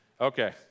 Okay